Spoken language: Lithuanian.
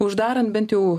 uždarant bent jau